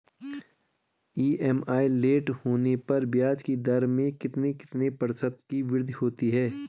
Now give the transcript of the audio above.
EMI late होने पर ब्याज की दरों में कितने कितने प्रतिशत की वृद्धि होती है?